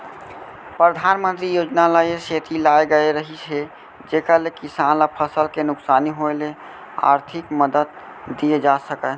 परधानमंतरी योजना ल ए सेती लाए गए रहिस हे जेकर ले किसान ल फसल के नुकसानी होय ले आरथिक मदद दिये जा सकय